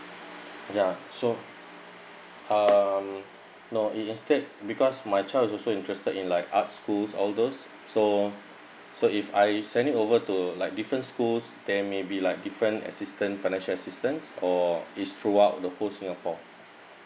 ya so um no it instead because my child is also interested in like art school all those so so if I send it over to like different schools then maybe like different assistance financial assistance or it's throughout the whole singapore